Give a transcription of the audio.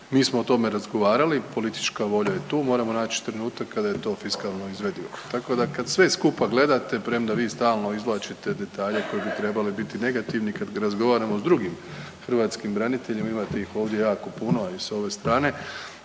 mi smo o tome razgovarali i politička volja je tu. Moramo naći trenutak kada je to fiskalno izvedivo. Tako da kada sve skupa gledate, premda vi stalno izvlačite detalje koji bi trebali biti negativni, kada razgovaramo s drugim hrvatskim braniteljima imate ih ovdje jako puno i s ove strane